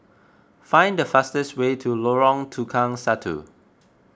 find the fastest way to Lorong Tukang Satu